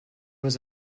was